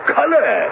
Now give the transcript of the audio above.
color